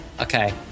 Okay